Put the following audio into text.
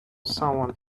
someone